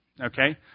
okay